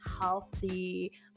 healthy